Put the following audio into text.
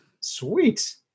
Sweet